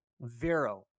Vero